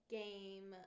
game